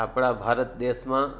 આપણા ભારત દેશમાં